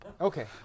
Okay